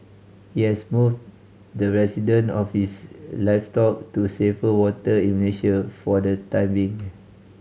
he has moved the resident of his livestock to safer water in Malaysia for the time being